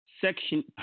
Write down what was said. section